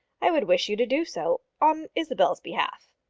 i would wish you to do so on isabel's behalf.